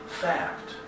fact